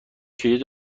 کلید